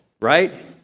right